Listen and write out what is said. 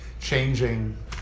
changing